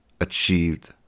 achieved